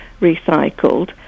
recycled